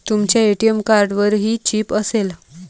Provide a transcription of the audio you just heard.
तुमच्या ए.टी.एम कार्डवरही चिप असेल